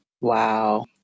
Wow